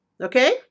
okay